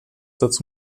dazu